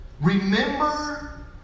Remember